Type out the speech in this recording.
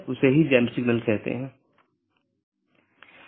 और EBGP में OSPF इस्तेमाल होता हैजबकि IBGP के लिए OSPF और RIP इस्तेमाल होते हैं